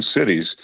cities